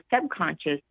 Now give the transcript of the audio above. subconscious